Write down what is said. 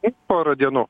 tik porą dienų